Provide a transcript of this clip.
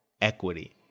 equity